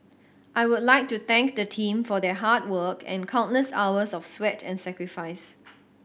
I would like to thank the team for their hard work and countless hours of sweat and sacrifice